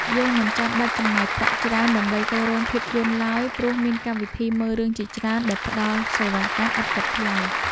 យើងមិនចាំបាច់ចំណាយប្រាក់ច្រើនដើម្បីទៅរោងភាពយន្តឡើយព្រោះមានកម្មវិធីមើលរឿងជាច្រើនដែលផ្ដល់សេវាកម្មឥតគិតថ្លៃ។